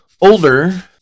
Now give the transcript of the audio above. older